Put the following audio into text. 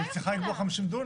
היא צריכה לקבוע 50 דונם.